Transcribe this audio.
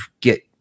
get